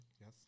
Yes